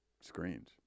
screens